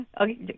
Okay